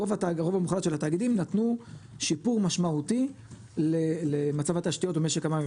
הרוב של התאגידים נתנו שיפור משמעותי למצב התשתיות במשק המים,